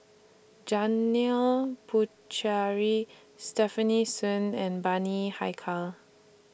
Janil Pucheary Stefanie Sun and Bani Haykal